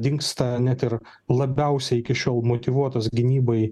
dingsta net ir labiausiai iki šiol motyvuotas gynybai